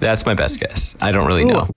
that's my best guess. i don't really know.